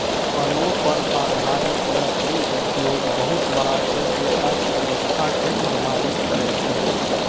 वनो पर आधारित लकड़ी उद्योग बहुत बड़ा छै जे अर्थव्यवस्था के प्रभावित करै छै